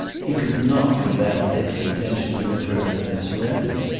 he could not combat dick's intention to return and surrender.